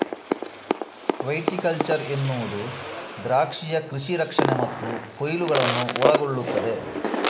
viticulture ಎನ್ನುವುದು ದ್ರಾಕ್ಷಿಯ ಕೃಷಿ ರಕ್ಷಣೆ ಮತ್ತು ಕೊಯ್ಲುಗಳನ್ನು ಒಳಗೊಳ್ಳುತ್ತದೆ